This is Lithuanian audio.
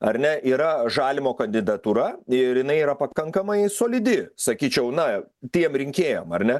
ar ne yra žalimo kandidatūra ir jinai yra pakankamai solidi sakyčiau na tiem rinkėjam ar ne